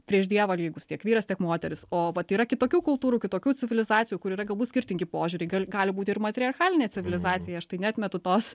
prieš dievą lygūs tiek vyras tiek moteris o vat yra kitokių kultūrų kitokių civilizacijų kur yra galbūt skirtingi požiūriai gal gali būti ir matriarchatinė civilizacija štai neatmetu tos